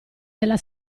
della